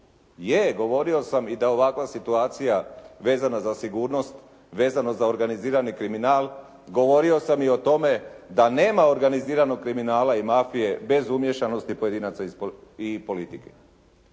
Je, govorio sam i da ovakva situacija vezana za sigurnost, vezano za organizirani kriminal, govorio sam i o tome da nema organiziranog kriminala i mafije bez umiješanosti pojedinaca i politike.